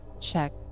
check